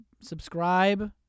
subscribe